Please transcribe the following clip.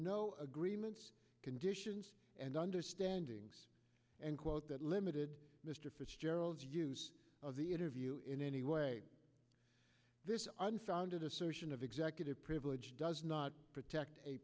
were no agreements conditions and understanding and quote that limited mr fitzgerald's use of the interview in any way this unfounded assertion of executive privilege does not protect a